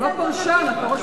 אתה לא פרשן, אתה ראש הממשלה.